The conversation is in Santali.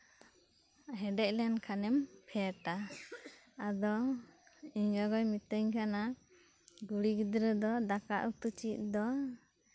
ᱦᱮᱰᱮᱡ ᱞᱮᱱᱠᱷᱟᱱᱮᱢ ᱯᱷᱮᱰᱼᱟ ᱟᱫᱚ ᱤᱧ ᱜᱚᱜᱚᱭ ᱢᱮᱛᱟᱹᱧ ᱠᱟᱱᱟ ᱠᱩᱲᱤ ᱜᱤᱫᱽᱨᱟᱹ ᱫᱚ ᱫᱟᱠᱟ ᱩᱛᱩ ᱪᱮᱫ ᱫᱚ